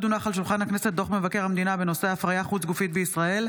דוח מבקר המדינה בנושא הפריה חוץ גופית בישראל,